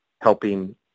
helping